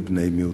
לבני מיעוטים.